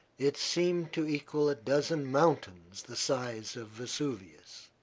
it seemed to equal a dozen mountains the size of vesuvius.